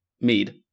mead